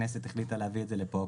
והכנסת החליטה להביא את זה לפה,